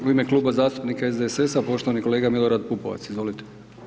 U ime kluba zastupnika SDSS-a poštovani kolega Milorad Pupovac, izvolite.